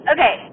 Okay